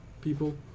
people